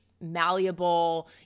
malleable